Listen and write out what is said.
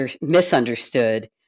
misunderstood